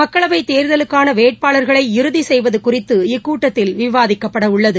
மக்களவைத் தேர்தலுக்கானவேட்பாளர்களை இறுதிசெய்வதுகுறித்து இக்கூட்டத்தில் விவாதிக்கப்படஉள்ளது